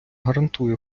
гарантує